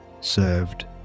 served